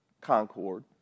Concord